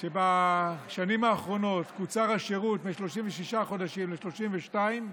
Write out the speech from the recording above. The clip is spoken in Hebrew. בשנים האחרונות קוצר השירות מ-36 חודשים ל-32 חודשים,